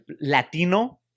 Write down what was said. Latino